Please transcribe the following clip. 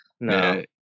no